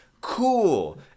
cool